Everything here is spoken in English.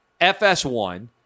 FS1